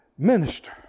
Minister